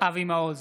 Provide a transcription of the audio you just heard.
אבי מעוז,